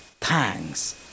thanks